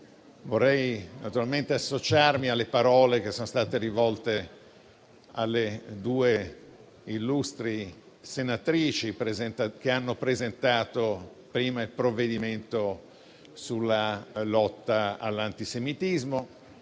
associarmi alle parole che sono state rivolte dalle due illustri senatrici che hanno presentato prima il provvedimento sulla lotta all'antisemitismo